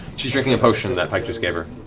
she's drinking potion that pike just gave her.